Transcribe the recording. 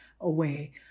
away